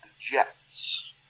Jets